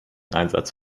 einsatz